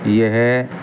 یہ